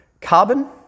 carbon